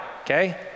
okay